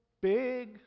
big